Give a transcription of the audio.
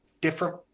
different